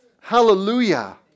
Hallelujah